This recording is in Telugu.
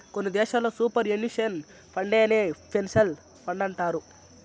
కొన్ని దేశాల్లో సూపర్ ఎన్యుషన్ ఫండేనే పెన్సన్ ఫండంటారు